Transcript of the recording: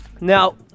Now